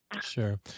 sure